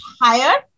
higher